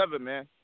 man